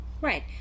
right